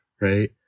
right